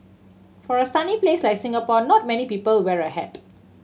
for a sunny place like Singapore not many people wear a hat